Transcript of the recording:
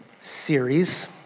series